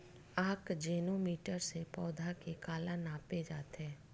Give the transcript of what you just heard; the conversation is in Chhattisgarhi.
आकजेनो मीटर से पौधा के काला नापे जाथे?